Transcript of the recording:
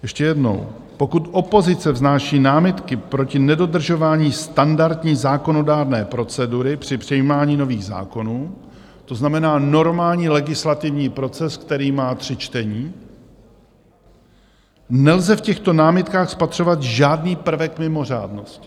Ještě jednou: Pokud opozice vznáší námitky proti nedodržování standardní zákonodárné procedury při přijímání nových zákonů, to znamená normální legislativní proces, který má tři čtení, nelze v těchto námitkách spatřovat žádný prvek mimořádnosti.